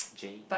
Jayne